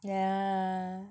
yeah